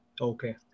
Okay